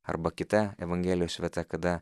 arba kita evangelijos vieta kada